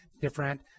different